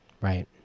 Right